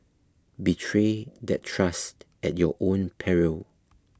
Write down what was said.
betray that trust at your own peril